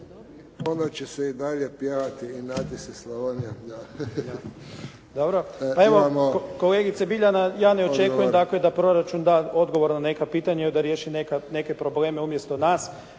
Onda će se i dalje pjevati «Inati se Slavonijo».